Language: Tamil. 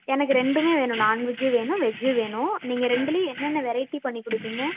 எனக்கு ரெண்டுமே வேணும் நான்வெஜ்ஜும் வேணும் வெஜ்ஜும் வேணும் நீங்கள் ரெண்டுலையும் என்னென்ன வெரைட்டி பண்ணி கொடுப்பிங்க